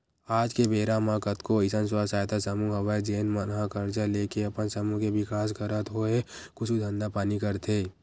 आज के बेरा म कतको अइसन स्व सहायता समूह हवय जेन मन ह करजा लेके अपन समूह के बिकास करत होय कुछु धंधा पानी करथे